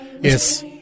Yes